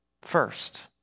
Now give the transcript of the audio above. first